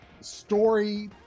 story